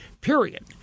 period